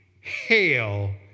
Hail